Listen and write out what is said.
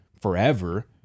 forever